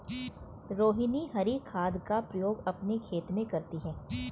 रोहिनी हरी खाद का प्रयोग अपने खेत में करती है